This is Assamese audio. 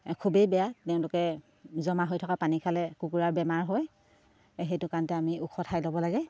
খুবেই বেয়া তেওঁলোকে জমা হৈ থকা পানী খালে কুকুৰাৰ বেমাৰ হয় সেইটো কাৰণতে আমি ঔষধ ঠাই ল'ব লাগে